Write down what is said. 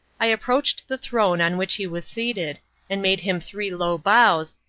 i approached the throne on which he was seated and made him three low bows,